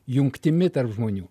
jungtimi tarp žmonių